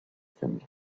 them